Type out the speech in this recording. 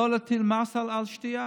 לא להטיל מס על שתייה.